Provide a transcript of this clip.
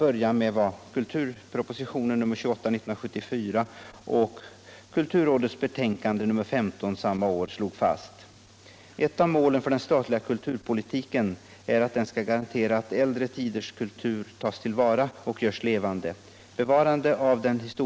Kulturpolitiken Kulturpoliuiken ankring i tillvaron.